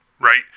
right